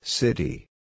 City